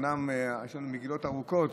אומנם יש לנו מגילות ארוכות,